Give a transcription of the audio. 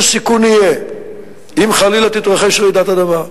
סיכון יהיה אם חלילה תתרחש רעידת אדמה.